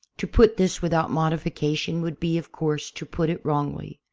to put this without modi fication would be, of course, to put it wrongly.